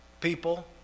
People